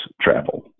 travel